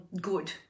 good